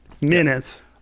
minutes